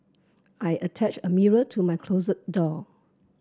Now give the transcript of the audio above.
I attached a mirror to my closet door